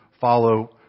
Follow